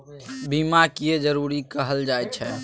बीमा किये जरूरी कहल जाय छै?